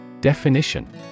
Definition